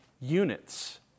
units